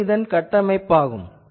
இதுவே கட்டமைப்பு ஆகும்